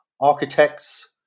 architects